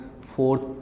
fourth